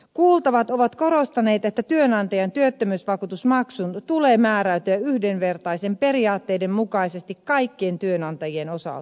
kuultavat ovat korostaneet että työnantajan työttömyysvakuutusmaksun tulee määräytyä yhdenvertaisten periaatteiden mukaisesti kaikkien työnantajien osalta